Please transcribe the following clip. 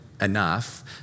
enough